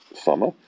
summer